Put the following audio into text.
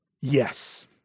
Yes